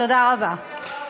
תודה רבה.